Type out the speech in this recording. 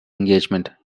engagement